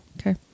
okay